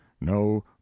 no